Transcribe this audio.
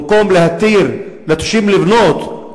במקום להתיר לתושבים לבנות,